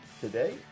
today